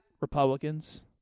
Republicans